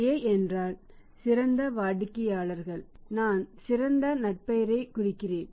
A என்றால் சிறந்த வாடிக்கையாளர்கள் நான் சிறந்த நற்பெயரைக் குறிக்கிறேன்